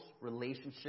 relationship